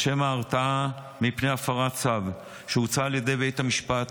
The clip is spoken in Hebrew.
לשם הרתעה מפני הפרת צו שהוצא על ידי בית המשפט,